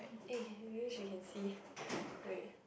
eh maybe she can see wait